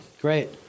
Great